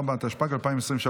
24), התשפ"ג 2023,